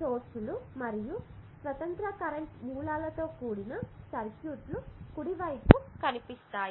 మూలాలు మరియు స్వతంత్ర కరెంట్ మూలాలతో కూడిన సర్క్యూట్లు కుడి వైపు కనిపిస్తాయి